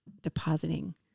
depositing